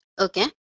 Okay